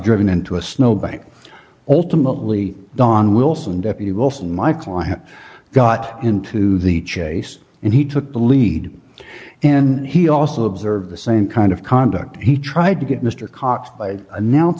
driven into a snow bank ultimately don wilson deputy wilson my client got into the chase and he took the lead and he also observed the same kind of conduct he tried to get mr cox by announc